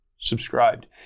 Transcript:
subscribed